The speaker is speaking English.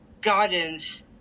gardens